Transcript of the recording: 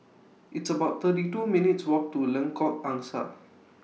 It's about thirty two minutes' Walk to Lengkok Angsa